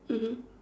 mmhmm